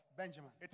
benjamin